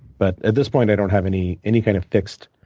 but, at this point, i don't have any any kind of fixed